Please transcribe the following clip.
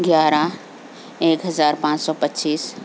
گیارہ ایک ہزار پانچ سو پچیس